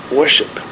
worship